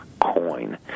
coin